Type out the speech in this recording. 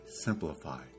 simplify